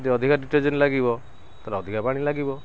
ଯଦି ଅଧିକା ଡିଟର୍ଜେଣ୍ଟ୍ ଲାଗିବ ତାହେଲେ ଅଧିକା ପାଣି ଲାଗିବ